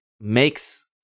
makes